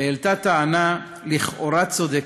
העלתה טענה לכאורה צודקת: